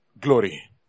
glory